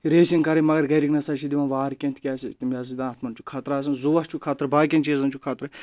racing کَرٕنۍ مگر گَرِکۍ نَسا چھِ دِوان واریاہ تِکیازِ تٔمۍ ہَسا دِتَن اَتھ منٛز چھُ خطرٕ آسان زُوَس چھُ خطرٕ باقیَن چیٖزَن چھُ خطرٕ